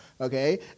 okay